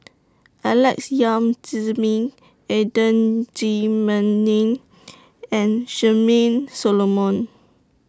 Alex Yam Ziming Adan Jimenez and Charmaine Solomon